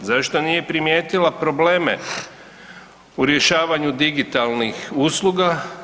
Zašto nije primijetila probleme u rješavanju digitalnih usluga?